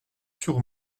sur